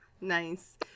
Nice